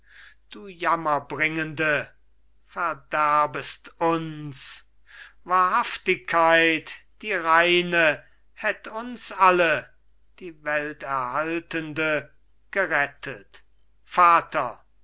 du jammerbringende verderbest uns wahrhaftigkeit die reine hätt uns alle die welterhaltende gerettet vater